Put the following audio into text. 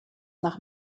nach